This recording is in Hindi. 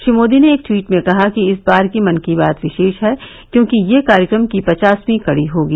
श्री मोदी ने एक ट्वीट में कहा कि इस बार की मन की बात विशेष है क्योंकि यह कार्यक्रम की पचासवीं कड़ी होगी